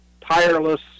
tireless